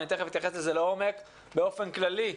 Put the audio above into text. באופן כללי,